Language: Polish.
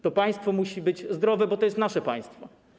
To państwo musi być zdrowe, bo to jest nasze państwo.